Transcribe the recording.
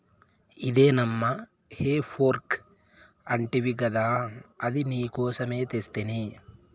ఇదే నమ్మా హే ఫోర్క్ అంటివి గదా అది నీకోసమే తెస్తిని